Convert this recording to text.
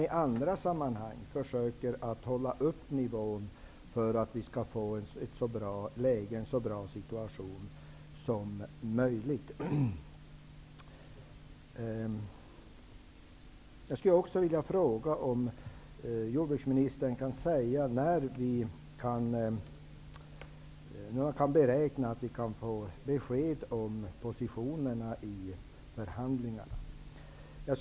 I andra sammanhang försöker man ju hålla upp nivån för att få en så bra situation som möjligt. Kan jordbruksministern säga när vi kan räkna med att få besked om positionerna i förhandlingarna?